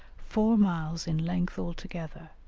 four miles in length altogether,